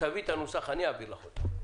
תביאי את הנוסח, אני אעביר לך אותו.